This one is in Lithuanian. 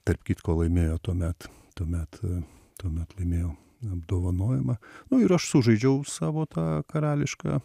tarp kitko laimėjo tuomet tuomet tuomet laimėjo apdovanojimą nu ir aš sužaidžiau savo tą karališką